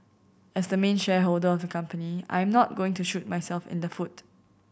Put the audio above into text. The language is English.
as the main shareholder of the company I am not going to shoot myself in the foot